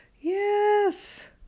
Yes